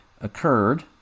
occurred